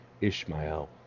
Ishmael